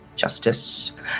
justice